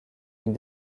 une